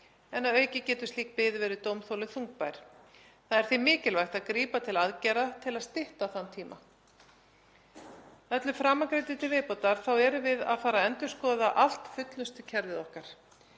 og að auki getur slík bið verið dómþola þungbær. Það er því mikilvægt að grípa til aðgerða til að stytta þann tíma. Að öllu framangreindu til viðbótar erum við að fara að endurskoða allt fullnustukerfið okkar